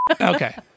Okay